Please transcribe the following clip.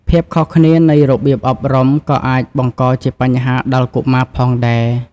ភាពខុសគ្នានៃរបៀបអប់រំ ក៏អាចបង្កជាបញ្ហាដល់កុមារផងដែរ។